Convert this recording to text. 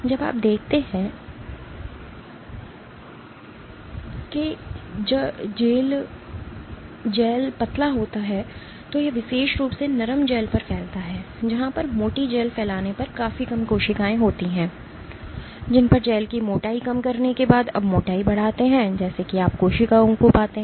जब आप देखते हैं कि जब जेल पतला होता है तो यह विशेष रूप से नरम जैल पर फैलता है जहां पर मोटी जेल फैलने पर काफी कम कोशिकाएं होती हैं जिन पर जेल की मोटाई कम करने के बाद आप मोटाई बढ़ाते हैं जैसे कि आप कोशिकाओं को पाते हैं